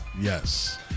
Yes